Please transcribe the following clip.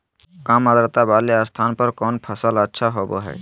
काम आद्रता वाले स्थान पर कौन फसल अच्छा होबो हाई?